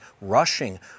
rushing